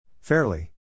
Fairly